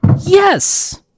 Yes